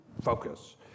focus